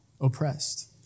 oppressed